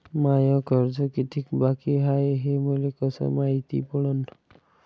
माय कर्ज कितीक बाकी हाय, हे मले कस मायती पडन?